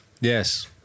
Yes